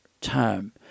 time